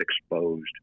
exposed